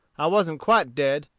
i wasn't quite dead,